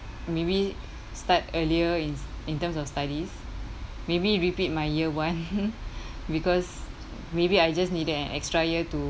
maybe start earlier in in terms of studies maybe repeat my year one because maybe I just needed an extra year to